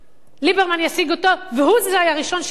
ליברמן ישיג אותו והוא זה שיהיה ראשון להכריז על בחירות.